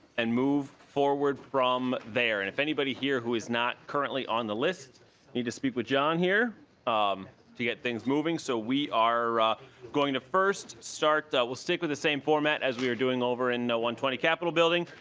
and move forward from there. and if anybody here who is not currently on the list you to speak with john here um to get things moving. so we are ah going to first start will stick with the same format as we were doing in and one twenty capital building.